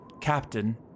Captain